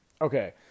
Okay